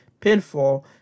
pinfall